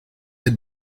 had